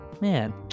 Man